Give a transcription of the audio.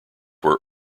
were